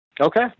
Okay